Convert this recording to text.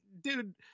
Dude